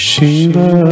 Shiva